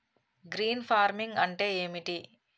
Green farming అంటే ఏమిటి?